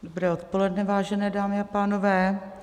Dobré odpoledne, vážené dámy a pánové.